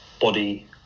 body